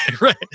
right